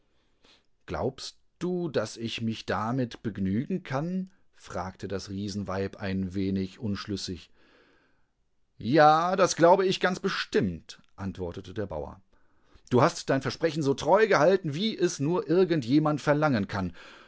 unddenhastduschontotgeschlagen glaubstdu daß ich mich damit begnügen kann fragte das riesenweib ein wenig unschlüssig ja dasglaubeichganzbestimmt antwortetederbauer du hast dein versprechen so treu gehalten wie es nur irgend jemand verlangen kann